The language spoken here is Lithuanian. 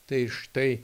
tai štai